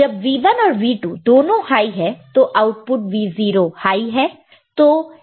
जब V1 और V2 दोनों हाई है तो आउटपुट Vo हाई है